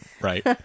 Right